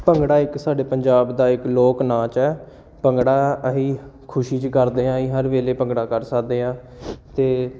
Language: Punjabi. ਭੰਗੜਾ ਇੱਕ ਸਾਡੇ ਪੰਜਾਬ ਦਾ ਇੱਕ ਲੋਕਨਾਚ ਹੈ ਭੰਗੜਾ ਅਸੀਂ ਖੁਸ਼ੀ 'ਚ ਕਰਦੇ ਹੈ ਅਸੀਂ ਹਰ ਵੇਲੇ ਭੰਗੜਾ ਕਰ ਸਕਦੇ ਹਾਂ ਅਤੇ